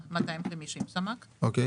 לכך?